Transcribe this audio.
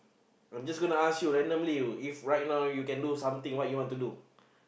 I'm just gonna ask you randomly if right now you can do something what you want to do